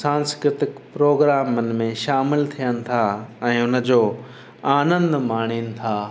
सांस्कृतिक प्रोग्रामनि में शामिलु थियनि था ऐं हुनजो आनंद माणीनि था